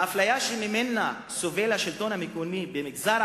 האפליה שממנה סובל השלטון המקומי במגזר